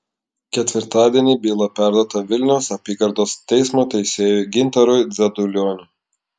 ketvirtadienį byla perduota vilniaus apygardos teismo teisėjui gintarui dzedulioniui